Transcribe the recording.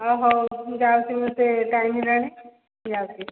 ଓ ହଉ ମୁଁ ଯାଉଛି ମୋତେ ଟାଇମ୍ ହେଲାଣି ମୁଁ ଯାଉଛି